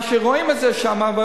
ורואים את זה שם,